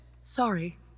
Sorry